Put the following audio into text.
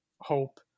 Hope